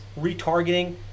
retargeting